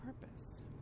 purpose